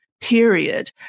period